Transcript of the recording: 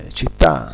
città